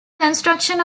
construction